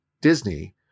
Disney